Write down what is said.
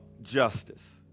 justice